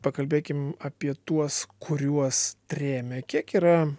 pakalbėkime apie tuos kuriuos trėmė kiek yra